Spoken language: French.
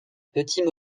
petits